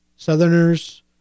Southerners